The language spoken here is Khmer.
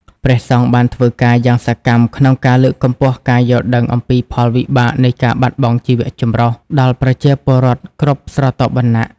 ព្រះសង្ឃបានធ្វើការយ៉ាងសកម្មក្នុងការ លើកកម្ពស់ការយល់ដឹងអំពីផលវិបាកនៃការបាត់បង់ជីវៈចម្រុះ ដល់ប្រជាពលរដ្ឋគ្រប់ស្រទាប់វណ្ណៈ។